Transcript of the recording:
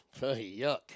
Yuck